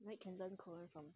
then can learn korean from